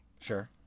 Sure